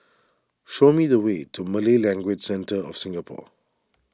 show me the way to Malay Language Centre of Singapore